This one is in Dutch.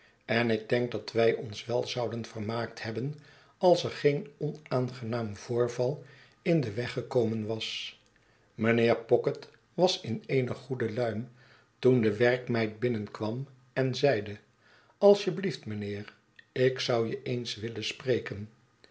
en ik denk dat wij ons wel zouden vermaakt hebben als er geen onaangenaam voorval in den weg gekomen was mijnheer pocket was in eene goede luim toen de werkmeid binnenkwam en zeide als je blieft mijnheer ik zou je eens willen spreken